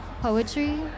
poetry